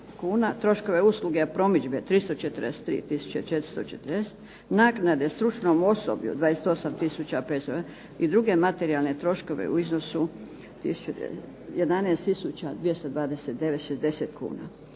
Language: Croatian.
troškove usluge promidžbe 343 tisuće 440, naknade stručnom osoblju 28500 i druge materijalne troškove u iznosu 11 tisuća 229 60 kuna.